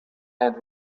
and